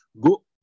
Go